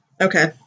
okay